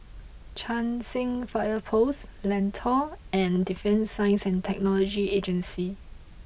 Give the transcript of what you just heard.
Cheng San Fire Post Lentor and Defence Science and Technology Agency